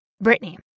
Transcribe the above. Brittany